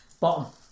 Bottom